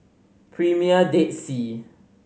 Premier Dead Sea